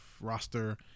roster